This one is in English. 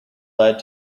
led